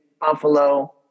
Buffalo